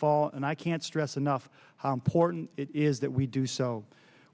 fall and i can't stress enough how important it is that we do so